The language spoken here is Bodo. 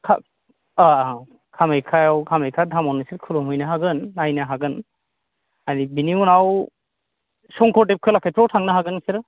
खा कामाख्यायाव कामाख्या धामयाव नोंसोर खुलुमहैनो हागोन नायनो हागोन बेनि उनाव शंकरदेब कलाक्षेत्रआव थांनो हागोन नोंसोरो